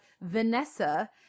Vanessa